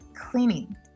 cleaning